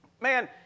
man